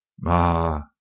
Ma